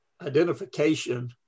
identification